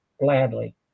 Gladly